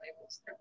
labels